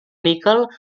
níquel